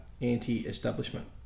anti-establishment